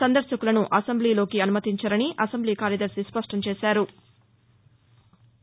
సందర్భకులను అసెంబ్లీలోకి అనుమతించారని అసెంబ్లీ కార్యదర్శి స్పష్టంచేశారు